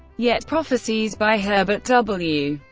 yet, prophecies by herbert w.